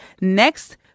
Next